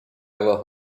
ever